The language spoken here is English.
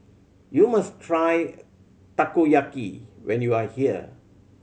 you must try Takoyaki when you are here